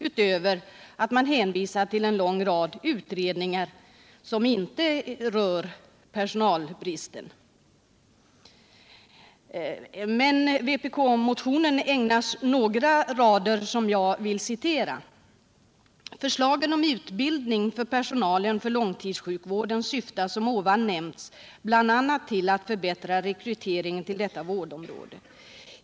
Dessutom hänvisar man till en lång rad utredningar, och de behandlar inte frågan om personalbristen. Vpk-motionen ägnas några rader som jag vill citera: ”Förslagen om utbildning för personalen för långtidssjukvården syftar som ovan nämnts bl.a. till att förbättra rekryteringen till detta vårdområde.